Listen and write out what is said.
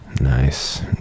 Nice